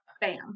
bam